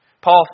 Paul